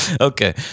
okay